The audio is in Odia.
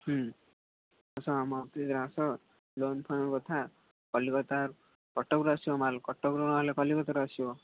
ହୁଁ ଆସ ଆମ ଅଫିସ୍ରେ ଆସ ଲୋନ୍ ଫୋନ୍ କଥା କଲିକତା କଟକରୁ ଆସିବ ମାଲ୍ କଟକରୁ ନ ଆସିଲେ କଲିକତାରୁ ଆସିବ